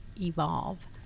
evolve